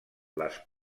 les